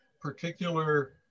particular